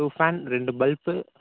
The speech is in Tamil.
டூ ஃபேன் ரெண்டு பல்ப்பு